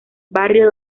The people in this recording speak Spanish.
barrio